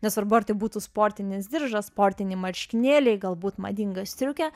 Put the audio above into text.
nesvarbu ar tai būtų sportinis diržas sportiniai marškinėliai galbūt madinga striukė